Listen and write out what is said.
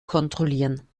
kontrollieren